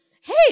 Hey